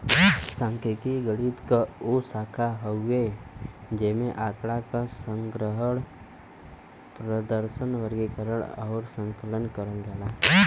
सांख्यिकी गणित क उ शाखा हउवे जेमन आँकड़ा क संग्रहण, प्रदर्शन, वर्गीकरण आउर आकलन करल जाला